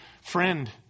friend